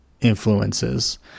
influences